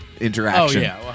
interaction